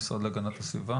המשרד להגנת הסביבה,